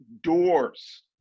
doors